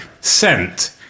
Scent